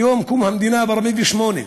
מיום קום המדינה, ב-1948.